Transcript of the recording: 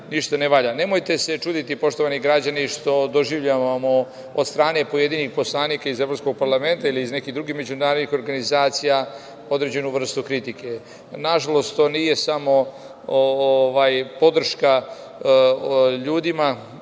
valja. Nemojte se čuditi, poštovani građani, što doživljavamo od strane pojedinih poslanika iz Evropskog parlamenta ili iz nekih drugih međunarodnih organizacija određenu vrstu kritike. Nažalost, to nije samo podrška ljudima,